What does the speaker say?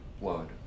blood